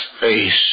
face